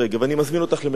אני מזמין אותך למחאה אמיתית: